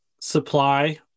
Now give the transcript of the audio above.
supply